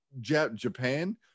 Japan